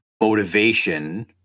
motivation